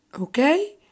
Okay